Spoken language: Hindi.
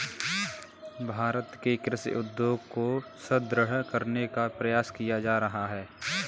भारत में कृषि उद्योग को सुदृढ़ करने का प्रयास किया जा रहा है